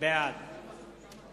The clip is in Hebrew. בעד